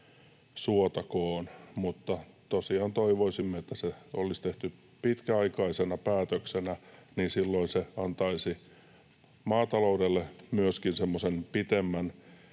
tosiaan toivoisimme, että se olisi tehty pitkäaikaisena päätöksenä, jolloin se antaisi maataloudelle myöskin